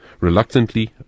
Reluctantly